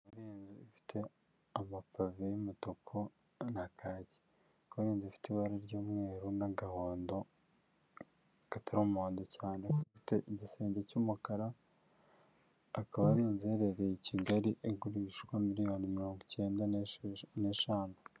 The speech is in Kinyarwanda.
Inzu ifite amapave y'umutuku na kaki, ikaba ari inzu ifite ibara ry'umweru n'agahondo katari umuhondo cyane, ifite igisenge cy'umukara; ikaba ari inzu iherereye i Kigali igurishwa miliyoni mirongo icyenda n'eshanu.